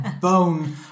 bone